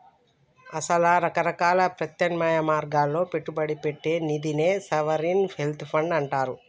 అసల రకరకాల ప్రత్యామ్నాయ మార్గాల్లో పెట్టుబడి పెట్టే నిదినే సావరిన్ వెల్త్ ఫండ్ అంటారు